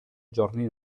giorni